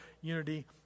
unity